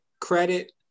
credit